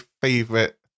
favorite